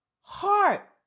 heart